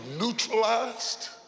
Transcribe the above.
neutralized